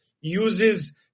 uses